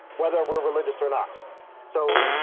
whether we're religious or not so,